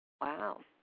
Wow